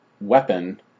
weapon